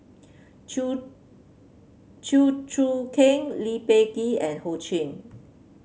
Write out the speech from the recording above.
Chew Chew Choo Keng Lee Peh Gee and Ho Ching